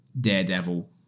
Daredevil